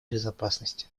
безопасности